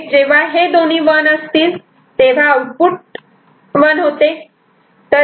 त्यामुळे जेव्हा हे दोन्ही 1 असतील तेव्हा आउटपुट 1 होते